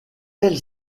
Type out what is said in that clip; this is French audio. elle